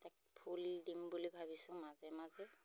তাত ফুল দিম বুলি ভাবিছোঁ মাজে মাজে